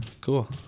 cool